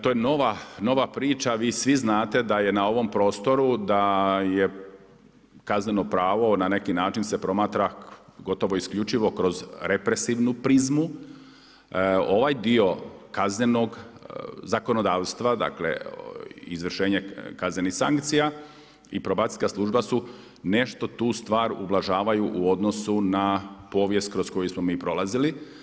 To je nova priča, vi svi znate da je na ovom prostoru da je kazneno pravo na neki način se promatra gotovo isključivo kroz represivnu prizmu, ovaj dio kaznenog zakonodavstva, dakle izvršenje kaznenih sankcija i probacijska služba su nešto tu stvar ublažavaju u odnosu na povijest kroz koju smo mi prolazili.